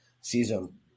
season